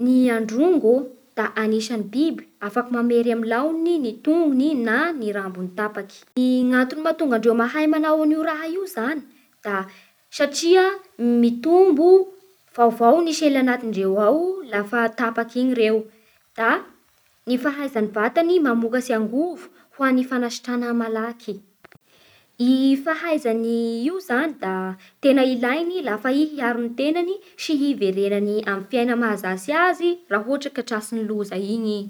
Ny androngo da anisan'ny biby afaka mamery amin'ny laogniny ny tongony na ny rambony tapaky. Gny antony mahatonga andreo mahay an'io raha io zany da satria mitombo vaovao ny sela agnatindreo ao lafa tapak'igny ireo da ny fahaizan'ny vatany mamokatsy angovo ho an'ny fanasitra malaky. i fahaizany io zany da tena ilainy lafa i hiaro ny tenany sy hiverenany amin'ny fiaigna mahazatsy azy raha ohatra ka tratsy ny loza igny i.